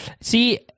See